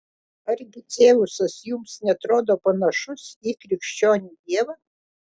argi dzeusas jums neatrodo panašus į krikščionių dievą